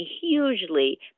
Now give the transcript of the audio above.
hugely